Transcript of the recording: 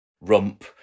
rump